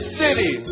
city